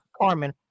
Carmen